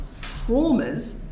traumas